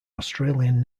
australian